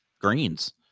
greens